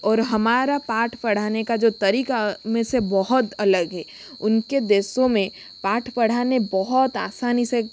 और हमारा पाठ पढ़ाने का जो तरीका में से बहुत अलग है उनके देशों में पाठ पढ़ाने बहुत आसानी से